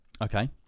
Okay